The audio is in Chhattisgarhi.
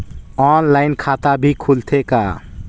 ऑनलाइन खाता भी खुलथे का?